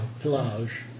Pillage